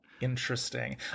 Interesting